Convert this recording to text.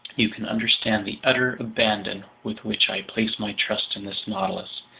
you can understand the utter abandon with which i place my trust in this nautilus,